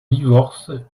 divorce